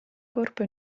corpo